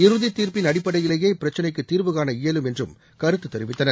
இறுதித் தீர்ப்பின் அடிப்படையிலேயே இப்பிரச்சினைக்கு தீர்வுகாண இயலும் என்றும் கருத்து தெரிவித்தனர்